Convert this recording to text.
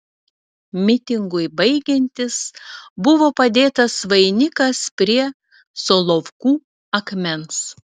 mitingui baigiantis buvo padėtas vainikas prie solovkų akmens